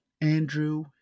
Andrew